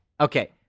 Okay